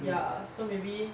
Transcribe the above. ya so maybe